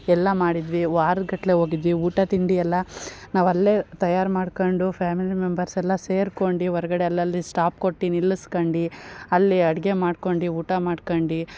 ಎಲ್ಲ ಮಾಡಿದ್ವಿ ವಾರಗಟ್ಲೆ ಹೋಗಿದ್ವಿ ಊಟ ತಿಂಡಿ ಎಲ್ಲ ನಾವಲ್ಲೇ ತಯಾರಿ ಮಾಡ್ಕೊಂಡು ಫ್ಯಾಮಿಲಿ ಮೆಂಬರ್ಸ್ ಎಲ್ಲ ಸೇರ್ಕೊಂಡು ಹೊರ್ಗಡೆ ಅಲ್ಲಲ್ಲಿ ಸ್ಟಾಪ್ ಕೊಟ್ಟು ನಿಲ್ಲಿಸ್ಕೊಂಡು ಅಲ್ಲಿ ಅಡುಗೆ ಮಾಡ್ಕೊಂಡು ಊಟ ಮಾಡ್ಕೊಂಡು